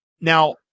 Now